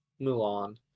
Mulan